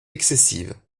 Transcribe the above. excessive